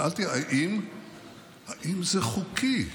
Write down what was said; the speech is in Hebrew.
שאלתי: האם זה חוקי?